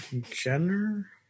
Jenner